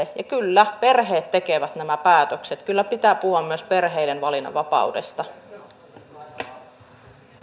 ja kyllä perheet tekevät nämä päätökset kyllä pitää puhua myös perheiden valinnanvapaudesta